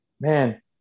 man